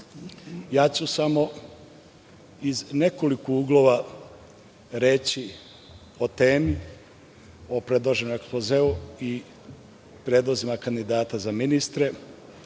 ću samo iz nekoliko uglova o temi, o predloženom ekspozeu i predlozima kandidata za ministre,